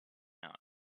out